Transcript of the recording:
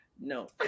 no